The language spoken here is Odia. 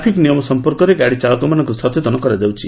ଫିକ୍ ନିୟମ ସଂପର୍କରେ ଗାଡ଼ି ଚାଳକମାନଙ୍କୁ ସଚେତନ କରାଯାଉଛି